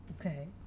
Okay